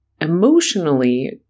emotionally